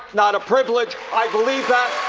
not a privilege. i believe that.